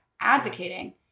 advocating